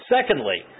Secondly